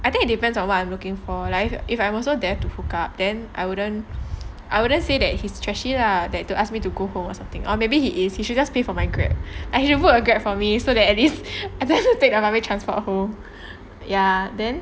I think it depends on what I'm looking for like if I'm also there to hook up then I wouldn't I wouldn't say that he is trashy lah that to ask me to go home or something or maybe he is he should just pay for my grab like he should book a grab for me so that at least it I wouldn't have to take a public transport home ya then